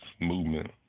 movement